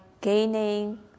gaining